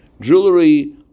Jewelry